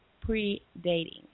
pre-dating